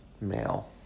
male